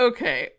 Okay